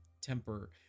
temper